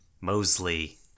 Mosley